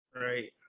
Right